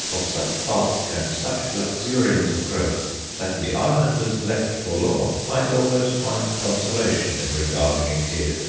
of such bulk and such luxuriance of growth that the islanders left forlorn might almost find consolation in regarding it here.